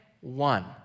one